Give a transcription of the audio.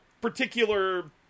particular